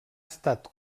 estat